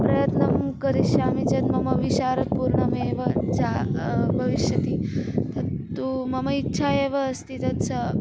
प्रयत्नं करिष्यामि चेत् मम विशारदं पूर्णमेव जा भविष्यति तत्तु मम इच्छा एव अस्ति तत्स